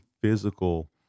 physical